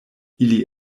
ili